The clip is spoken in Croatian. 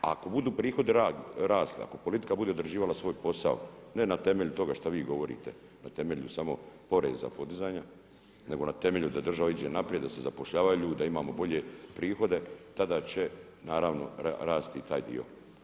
A ako budu prihodi rasli, ako politika bude odrađivala svoj posao, ne na temelju toga što vi govorite, na temelju samo poreza, podizanja, nego na temelju da država ide naprijed, da se zapošljava ljude, da imamo bolje prihode, tada će naravno rasti taj dio.